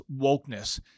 wokeness